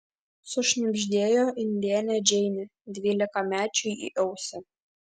sušnibždėjo indėnė džeinė dvylikamečiui į ausį